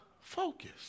focus